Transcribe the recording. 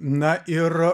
na ir